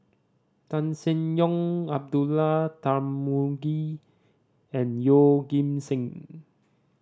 Tan Seng Yong Abdullah Tarmugi and Yeoh Ghim Seng